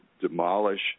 demolish